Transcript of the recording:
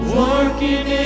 working